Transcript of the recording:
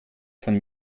von